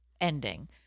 ending